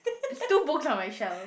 there's two books on my shelf